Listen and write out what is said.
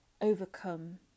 overcome